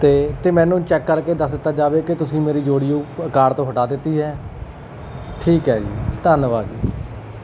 ਅਤੇ ਅਤੇ ਮੈਨੂੰ ਚੈੱਕ ਕਰਕੇ ਦੱਸ ਦਿੱਤਾ ਜਾਵੇ ਕਿ ਤੁਸੀਂ ਮੇਰੀ ਜੋੜੀ ਉਹ ਕਾਰਡ ਤੋਂ ਹਟਾ ਦਿੱਤੀ ਹੈ ਠੀਕ ਹੈ ਜੀ ਧੰਨਵਾਦ ਜੀ